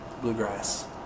bluegrass